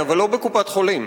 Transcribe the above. במיון כן, אבל לא בקופת-חולים.